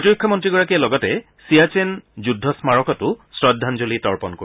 প্ৰতিৰক্ষা মন্ত্ৰীগৰাকীয়ে লগতে ছিয়াচেন যুদ্ধ স্মাৰকতো শ্ৰদ্ধাঞ্জলি তৰ্পণ কৰিব